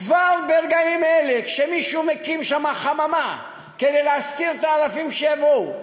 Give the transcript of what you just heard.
כבר ברגעים אלה כשמישהו מקים שם חממה כדי להסתיר את האלפים שיבואו,